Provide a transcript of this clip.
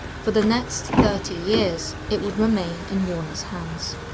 for the next thirty years, it would remain in warner's hands.